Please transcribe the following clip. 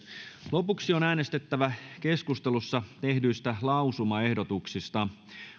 lopuksi on äänestettävä keskustelussa tehdyistä lausumaehdotuksista